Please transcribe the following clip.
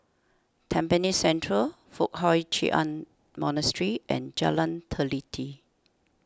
Tampines Central Foo Hai Ch'an Monastery and Jalan Teliti